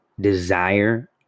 desire